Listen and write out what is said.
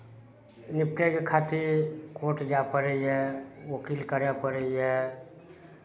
निपटयके खातिर कोर्ट जाय पड़ैए ओकील करय पड़ैए